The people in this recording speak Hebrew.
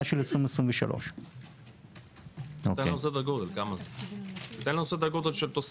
של 2023. תן לנו סדר גודל של תוספת.